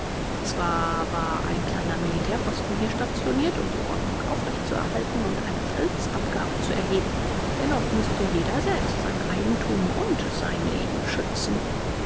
zwar war ein kleiner militärposten hier stationiert um die ordnung aufrecht zu erhalten und eine salzabgabe zu erheben dennoch mußte jeder selbst sein eigentum und leben schützen